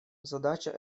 задача